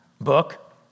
Book